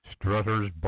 Strutter's